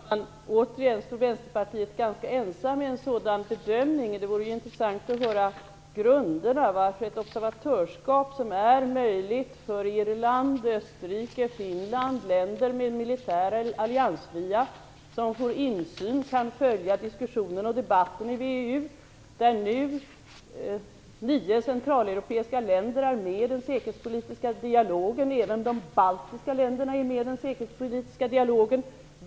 Fru talman! Återigen står Vänsterpartiet ganska ensamt i en sådan bedömning. Det vore intressant att få grunderna till bedömningen. Ett observatörskap är möjligt för Irland, Österrike och Finland, länder med militär alliansfrihet. De får insyn samt möjlighet att följa diskussionen och debatten i VEU, där nu nio centraleuropeiska länder liksom även de baltiska länderna är med i den säkerhetspolitiska dialogen.